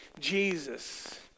Jesus